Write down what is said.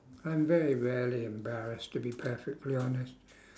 I'm very rarely embarrassed to be perfectly honest